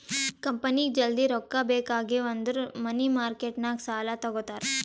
ಕಂಪನಿಗ್ ಜಲ್ದಿ ರೊಕ್ಕಾ ಬೇಕ್ ಆಗಿವ್ ಅಂದುರ್ ಮನಿ ಮಾರ್ಕೆಟ್ ನಾಗ್ ಸಾಲಾ ತಗೋತಾರ್